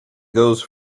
goes